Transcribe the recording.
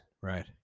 Right